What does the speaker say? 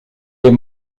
est